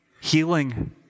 healing